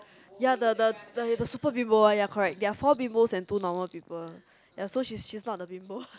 ya the the the super bimbo one ya correct there are four bimbos and two normal people ya so she's she's not the bimbo